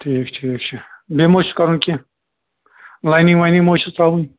ٹھیٖک ٹھیٖک چھُ بیٚیہِ ما چھُ کرُن کیٚنٛہہ لاینِنٛگ واینِنٛگ ما چھَس ترٛاوٕنۍ